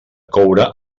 coure